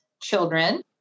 children